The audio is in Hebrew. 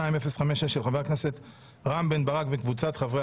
של חבר הכנסת רם בן ברק וקבוצת חברי